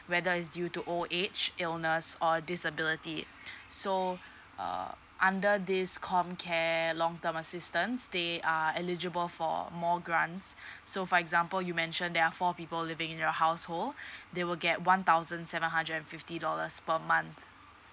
whether is due to old age illness or disability so err under this comcare long term assistant there are eligible for more grants so for example you mentioned there are four people living in your household they will get one thousand seven hundred and fifty dollars per month